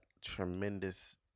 tremendous